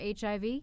HIV